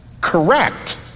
correct